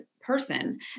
person